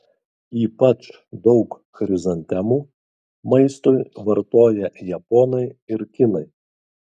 ypač daug chrizantemų maistui vartoja japonai ir kinai